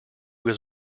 was